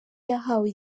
yahawe